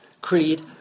Creed